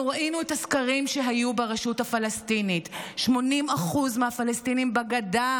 ראינו את הסקרים שהיו ברשות הפלסטינית: 80% מהפלסטינים בגדה